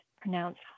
pronounced